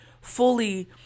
fully